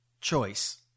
choice